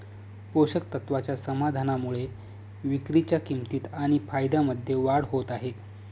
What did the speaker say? पोषक तत्वाच्या समाधानामुळे विक्रीच्या किंमतीत आणि फायद्यामध्ये वाढ होत आहे